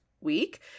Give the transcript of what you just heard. week